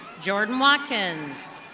jordon watkins.